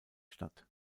statt